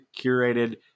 curated